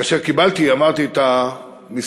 כאשר קיבלתי, אמרתי, את המשרד,